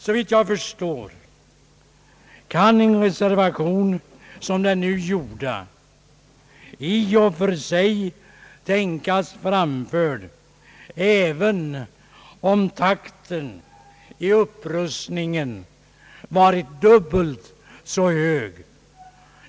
Såvitt jag förstår kan en reservation som den nu gjorda i och för sig tänkas framförd även om upprustningstakten varit dubbelt så hög.